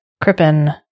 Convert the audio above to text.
crippen